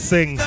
Sing